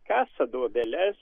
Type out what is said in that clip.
kasa duobeles